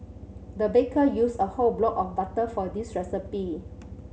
the baker used a whole block of butter for this recipe